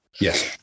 Yes